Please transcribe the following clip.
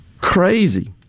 Crazy